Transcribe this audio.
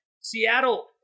Seattle